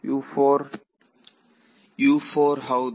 ವಿದ್ಯಾರ್ಥಿ ಹೌದು